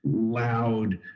loud